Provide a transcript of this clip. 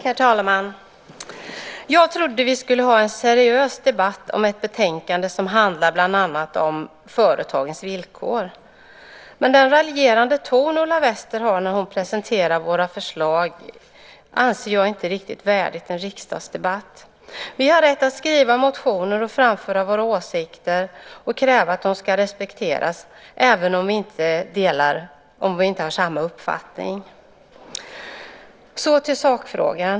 Herr talman! Jag trodde att vi skulle föra en seriös debatt om ett betänkande som handlar bland annat om företagens villkor. Men den raljerande ton Ulla Wester har när hon presenterar våra förslag anser jag inte riktigt värdig en riksdagsdebatt. Vi har rätt att skriva motioner och framföra våra åsikter och kräva att de ska respekteras även om vi inte har samma uppfattning. Så går jag över till sakfrågan.